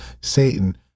Satan